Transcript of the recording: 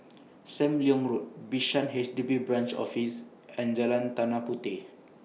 SAM Leong Road Bishan H D B Branch Office and Jalan Tanah Puteh